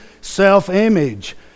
self-image